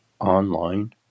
online